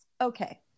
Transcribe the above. Okay